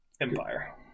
Empire